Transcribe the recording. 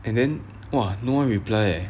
and then !wah! no one reply eh